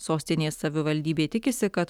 sostinės savivaldybė tikisi kad